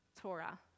Torah